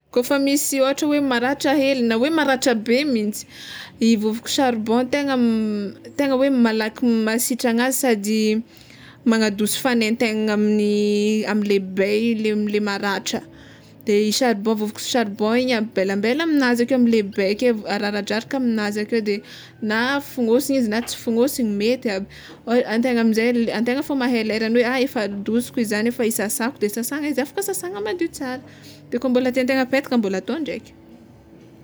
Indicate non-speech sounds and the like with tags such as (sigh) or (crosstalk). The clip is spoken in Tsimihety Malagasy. Kôfa misy ôhatra hoe maratra hely na hoe maratra be mintsy i vovoko charbon tegna (hesitation) tegna hoe malaky mahasitrana azy sady magnadotso fanaintainana amle bay amle maratra de i charbon vovoko charbon igny ambelambela aminazy ake amle bay ake araradraraka aminazy ake, de na fonôsiny izy na tsy fonôsiny mety aby antegna antegna fô mahay leran'ny hoe ah efa adosiko izy zany efa hisasako de sasagna izy afaka sasana madio tsara, de kô mbola tiantegna apetaka mbola atao ndraiky.